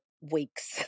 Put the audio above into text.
weeks